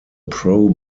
pro